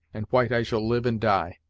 and white i shall live and die.